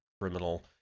criminal